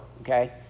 okay